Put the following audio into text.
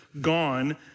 gone